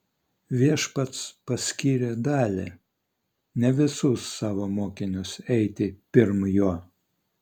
viešpats paskyrė dalį ne visus savo mokinius eiti pirm jo